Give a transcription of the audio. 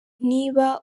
niba